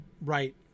right